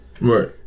Right